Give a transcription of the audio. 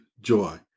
joy